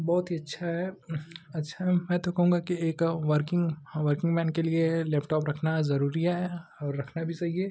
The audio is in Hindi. बहुत ही अच्छा है अच्छा मैं तो कहूँगा कि एक वर्किंग हाँ वर्किंग मेन के लिए है लेपटॉप रखना ज़रूरी है और रखना भी चाहिए